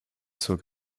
zur